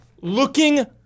Looking